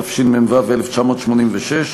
התשמ"ו 1986,